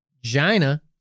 Gina